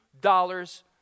dollars